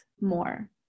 more